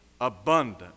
abundant